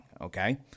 okay